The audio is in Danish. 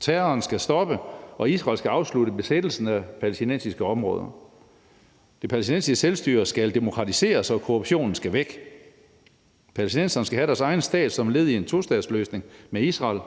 Terroren skal stoppe, og Israel skal afslutte besættelsen af palæstinensiske områder. Det palæstinensiske selvstyre skal demokratiseres, og korruptionen skal væk. Palæstinenserne skal have deres egen stat som led i en tostatsløsning med Israel.